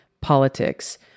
politics